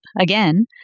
again